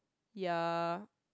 ya